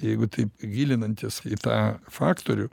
jeigu taip gilinantis į tą faktorių